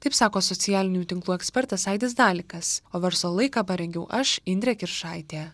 taip sako socialinių tinklų ekspertas aidis dalikas o verslo laiką parengiau aš indrė kiršaitė